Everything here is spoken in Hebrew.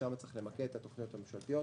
שם צריך למקד את התוכניות הממשלתיות.